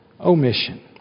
Omission